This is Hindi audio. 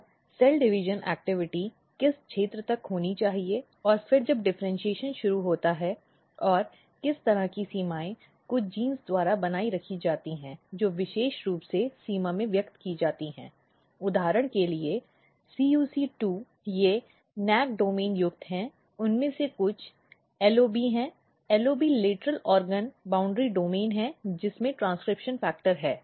तो सेल डिवीजन गतिविधि किस क्षेत्र तक होनी चाहिए और फिर जब डिफ़र्इन्शीएशन शुरू होता है और इस तरह की सीमाएँ कुछ जीनों द्वारा बनाए रखी जाती हैं जो विशेष रूप से सीमा में व्यक्त की जाती हैं उदाहरण के लिए CUC2 वे NAC डोमेन युक्त हैं उनमें से कुछ LOB हैं LOB लेटरल ऑर्गन सीमा डोमेन है जिसमें ट्रांसक्रिप्शन फैक्टर है